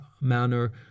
manner